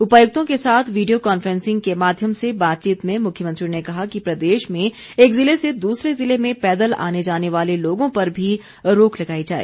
उपायुक्तों के साथ वीडियो कॉनफ्रेंसिंग के माध्यम से बातचीत में मुख्यमंत्री ने कहा कि प्रदेश में एक ज़िले से दूसरे ज़िले में पैदल आने जाने वाले लोगों पर भी रोक लगाई जाए